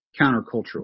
countercultural